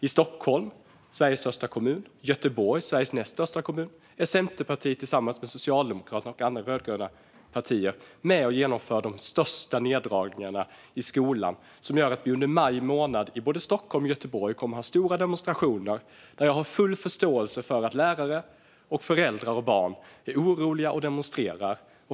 I Stockholm, Sveriges största kommun, och i Göteborg, Sveriges näst största kommun, är Centerpartiet tillsammans med Socialdemokraterna och andra rödgröna partier med och genomför de största neddragningarna i skolan, vilket gör att vi under maj månad i både Stockholm och Göteborg kommer att ha stora demonstrationer. Jag har full förståelse för att lärare, föräldrar och barn är oroliga och demonstrerar.